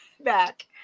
back